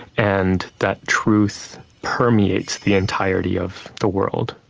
and that truth permeates the entirety of the world.